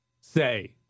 say